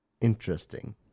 Interesting